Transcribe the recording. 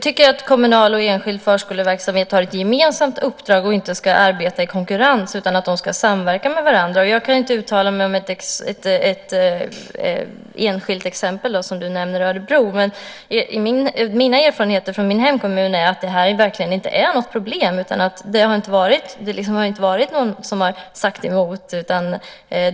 Herr talman! Kommunal och enskild förskoleverksamhet har ett gemensamt uppdrag och ska inte arbeta i konkurrens. De ska samverka med varandra. Jag kan inte uttala mig om ett enskilt exempel som du nämner i Örebro. Mina erfarenheter i min hemkommun är att det verkligen inte är något problem. Det har inte varit någon som sagt emot.